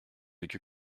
vécu